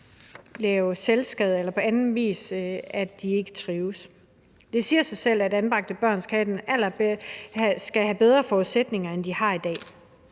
lave selvskade eller på anden vis ikke trives. Det siger sig selv, at anbragte børn skal have bedre forudsætninger, end de har i dag,